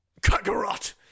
Kakarot